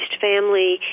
family